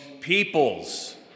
peoples